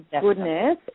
goodness